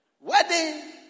Wedding